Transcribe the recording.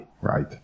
right